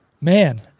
Man